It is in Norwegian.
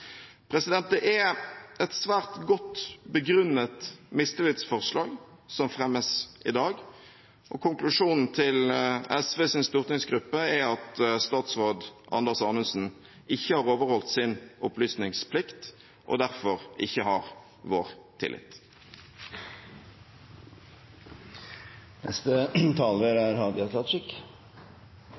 Det er et svært godt begrunnet mistillitsforslag som fremmes i dag. Konklusjonen til SVs stortingsgruppe er at statsråd Anders Anundsen ikke har overholdt sin opplysningsplikt og derfor ikke har vår tillit. Regjeringa sine medlemer er